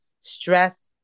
stress